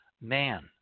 man